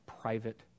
private